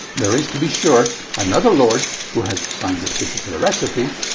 there is, to be sure, another lord who has designed this particular recipe.